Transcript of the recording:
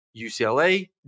UCLA